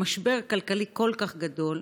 במשבר כלכלי כל כך גדול,